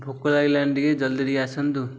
ଭୋକ ଲାଗିଲାଣି ଟିକେ ଜଲ୍ଦି ଟିକେ ଆସନ୍ତୁ